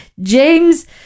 James